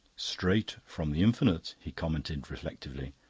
straight from the infinite, he commented reflectively,